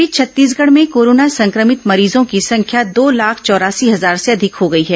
इस बीच छत्तीसगढ़ में कोरोना संक्रमित मरीजों की संख्या दो लाख चौरासी हजार से अधिक हो गई है